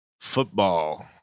Football